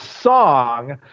song